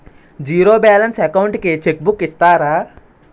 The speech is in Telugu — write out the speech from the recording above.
జీరో బాలన్స్ అకౌంట్ కి చెక్ బుక్ ఇస్తారా?